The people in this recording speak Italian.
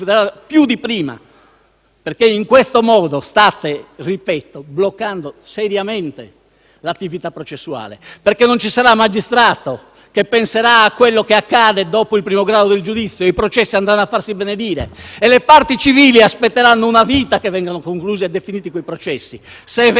perché in questo modo, ripeto, state bloccando seriamente l'attività processuale, perché non ci sarà magistrato che penserà a quello che accade dopo il primo grado di giudizio, i processi andranno a farsi benedire e le parti civili aspetteranno una vita che vengano conclusi e definiti, se è vero, come è innegabilmente vero, che la gran